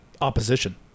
Opposition